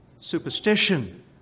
superstition